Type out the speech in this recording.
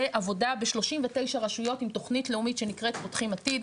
עבודה ב-39 רשויות עם תוכנית לאומית שנקראת 'פותחים עתיד'.